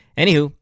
anywho